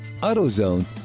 AutoZone